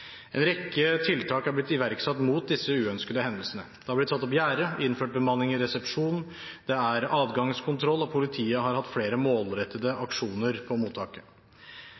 En rekke tiltak er blitt iverksatt mot disse uønskede hendelsene. Det har blitt satt opp gjerde, innført bemanning i resepsjonen, det er adgangskontroll, og politiet har hatt flere målrettede aksjoner på mottaket.